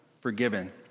forgiven